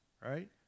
right